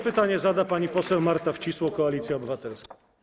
Pytanie zada pani poseł Marta Wcisło, Koalicja Obywatelska.